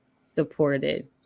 supported